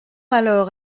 alors